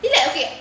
feel like okay